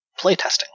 Playtesting